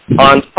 on